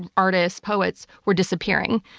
and artists, poets, were disappearing.